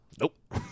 Nope